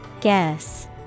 Guess